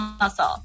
muscle